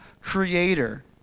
creator